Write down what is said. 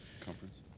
Conference